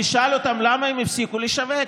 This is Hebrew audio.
תאמין לי, תשאל אותם למה הם הפסיקו לשווק.